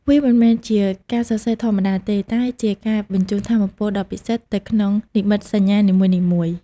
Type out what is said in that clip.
វាមិនមែនជាការសរសេរធម្មតាទេ តែជាការបញ្ជូនថាមពលដ៏ពិសិដ្ឋទៅក្នុងនិមិត្តសញ្ញានីមួយៗ